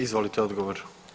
Izvolite odgovor.